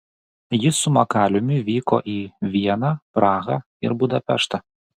ji su makaliumi vyko į vieną prahą ir budapeštą